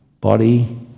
body